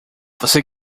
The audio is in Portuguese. você